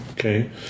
Okay